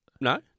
No